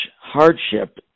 hardship